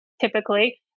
typically